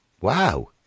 Wow